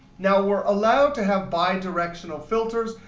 now, we're allowed to have bi-directional filters,